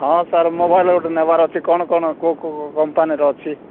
ହଁ sir mobile ଗୋଟିଏ ନେବାର ଅଛି କ'ଣ କ'ଣ କେଉଁ କେଉଁ କମ୍ପାନୀର ଅଛି